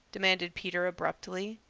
demanded peter abruptly.